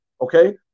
okay